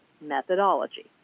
methodology